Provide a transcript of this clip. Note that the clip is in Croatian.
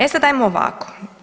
E sad ajmo ovako.